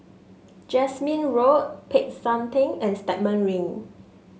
Jasmine Road Peck San Theng and Stagmont Ring